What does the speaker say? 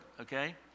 okay